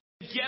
yes